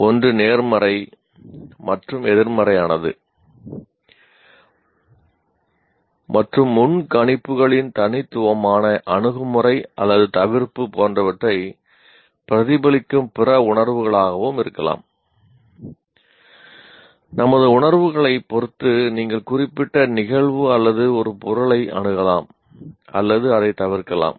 ஒன்று நேர்மறை மற்றும் எதிர்மறையானது மற்றும் முன்கணிப்புகளின் தனித்துவமான 'அணுகுமுறை' அல்லது 'தவிர்ப்பு' போன்றவற்றை பிரதிபலிக்கும் பிற உணர்வுகளாகவும் இருக்கலாம் நமது உணர்வுகளைப் பொறுத்து நீங்கள் குறிப்பிட்ட நிகழ்வு அல்லது ஒரு பொருளை அணுகலாம் அல்லது அதைத் தவிர்க்கலாம்